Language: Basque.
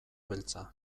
beltza